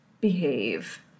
behave